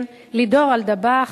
לידור אלדבח,